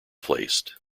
placed